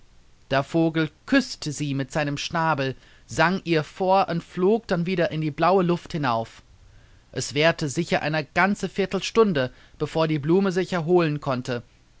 der vogel küßte sie mit seinem schnabel sang ihr vor und flog dann wieder in die blaue luft hinauf es währte sicher eine ganze viertelstunde bevor die blume sich erholen konnte